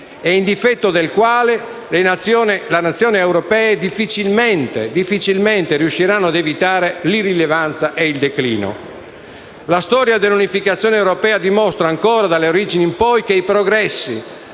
e in difetto del quale le Nazioni europee difficilmente riusciranno a evitare l'irrilevanza e il declino. La storia dell'unificazione europea dimostra, ancora, dalle origini in poi, che i progressi